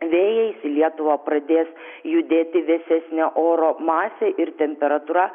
vėjais į lietuvą pradės judėti vėsesnio oro masė ir temperatūra